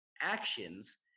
actions